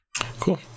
Cool